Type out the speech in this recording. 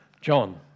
John